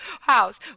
house